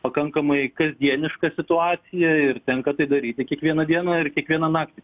pakankamai kasdieniška situacija ir tenka tai daryti kiekvieną dieną ir kiekvieną naktį